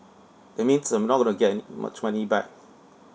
that means I'm not going to get any much money back